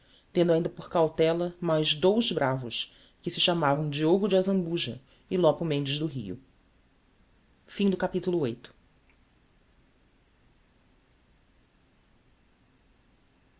tendo ainda por cautela mais dous bravos que se chamavam diogo de azambuja e lopo mendes do rio ave rara o